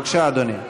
בבקשה, אדוני.